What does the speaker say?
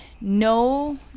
no